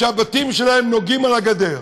שהבתים שלהם נוגעים בגדר.